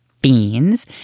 beans